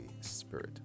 Spirit